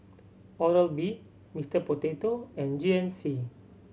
Oral B Mister Potato and G N C